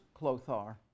Clothar